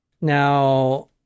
Now